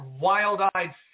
wild-eyed